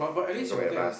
then go back the bus